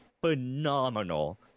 phenomenal